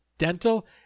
Dental